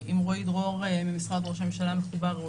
אם רועי דרור ממשרד ראש הממשלה מחובר הוא